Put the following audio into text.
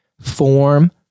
form